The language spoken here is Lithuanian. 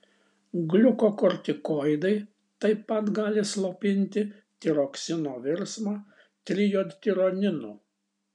gliukokortikoidai taip pat gali slopinti tiroksino virsmą trijodtironinu